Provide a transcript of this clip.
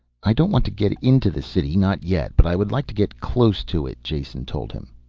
i don't want to get into the city, not yet. but i would like to get close to it, jason told him.